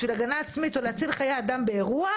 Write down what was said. בשביל הגנה עצמית או בשביל להציל חיי אדם באירוע,